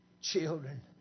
Children